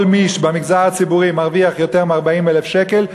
כל מי שבמגזר הציבורי מרוויח יותר מ-40,000 שקל,